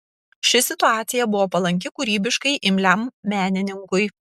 ši situacija buvo palanki kūrybiškai imliam menininkui